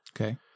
okay